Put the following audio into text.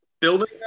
building